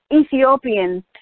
Ethiopian